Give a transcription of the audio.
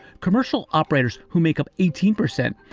commercial operators who make up eighteen percent,